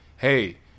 Hey